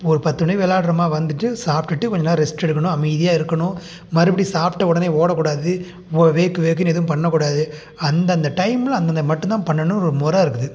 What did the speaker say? ஒரு பத்து மணிக்கு விளையாட்றோமா வந்துட்டு சாப்பிட்டுட்டு கொஞ்சம் நேரம் ரெஸ்ட் எடுக்கணும் அமைதியாக இருக்கணும் மறுபடியும் சாப்பிட்ட உடனே ஓடக்கூடாது வேகு வேகுன்னு எதுவும் பண்ணக்கூடாது அந்தந்த டைமில் அந்தந்த மட்டும் தான் பண்ணணும்னு ஒரு முற இருக்குது